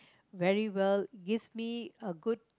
very well gives me a good